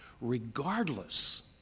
regardless